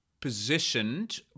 positioned